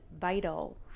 vital